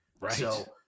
Right